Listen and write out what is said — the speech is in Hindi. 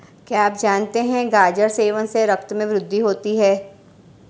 क्या आप जानते है गाजर सेवन से रक्त में वृद्धि होती है?